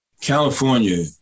California